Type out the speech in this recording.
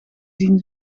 zien